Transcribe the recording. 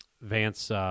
Vance